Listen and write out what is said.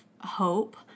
hope